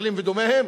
מתנחלים ודומיהם,